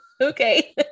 Okay